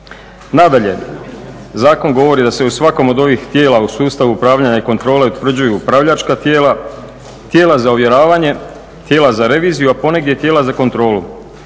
Nadalje, zakon govori da se u svakom od ovih tijela u sustavu upravljanja i kontrole utvrđuju upravljačka tijela, tijela za uvjeravanje, tijela za reviziju, a ponegdje i tijela za kontrolu.